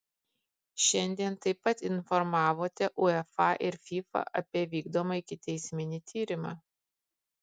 šiandien taip pat informavote uefa ir fifa apie vykdomą ikiteisminį tyrimą